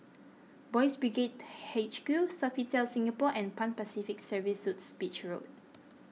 Boys' Brigade H Q Sofitel Singapore and Pan Pacific Serviced Suites Beach Road